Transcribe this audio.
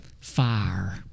Fire